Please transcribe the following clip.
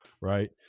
right